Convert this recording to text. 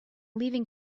leaving